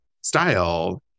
style